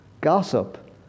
Gossip